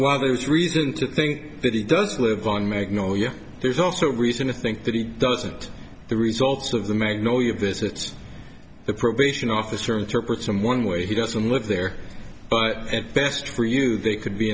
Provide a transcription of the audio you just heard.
was reason to think that he does live on magnolia there's also reason to think that he doesn't the results of the magnolia visits the probation officer interpret someone way he doesn't live there but at best for you they could be